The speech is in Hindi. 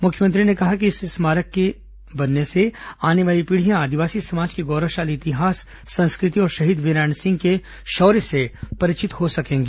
मुख्यमंत्री ने कहा कि इस स्मारक से आने वाली पीढ़ियां आदिवासी समाज के गौरवशाली इतिहास संस्कृति और शहीद वीरनारायण सिंह के शौर्य से परिचित हो सकेंगी